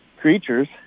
creatures